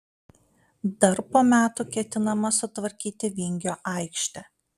dar po metų ketinama sutvarkyti vingio aikštę